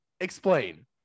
Explain